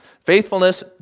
faithfulness